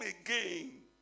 again